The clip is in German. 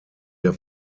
der